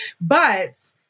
But-